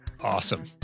Awesome